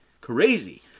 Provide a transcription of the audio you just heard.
crazy